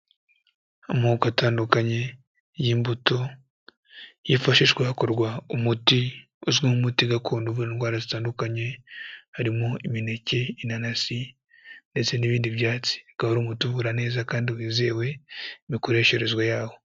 Amoko atandukanye y'imbuto yifashishwa hakorwa umuti uzwi nk'umuti gakondo uvura indwara zitandukanye, harimo imineke, inanasi ndetse n'ibindi byatsi, ukaba ari umuti uvura neza kandi wizewe imikoresherezwe yawo.